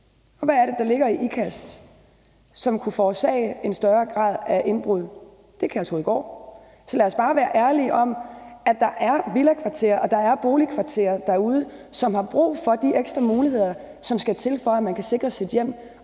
Og hvad er det, der ligger i Ikast, som kunne forårsage en større grad af indbrud? Det gør Kærshovedgård. Så lad os bare være ærlige, med hensyn til at der er villakvarterer og boligkvarter derude, som har brug for de ekstra muligheder, som skal til for, at man kan sikre sit hjem,